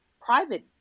private